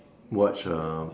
watch uh